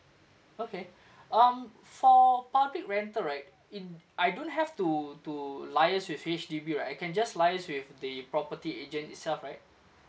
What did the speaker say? okay um for public rental right in I don't have to to liaise with H_D_B right I can just liaise with the property agent itself right